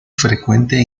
frecuente